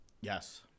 Yes